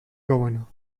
governor